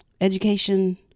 education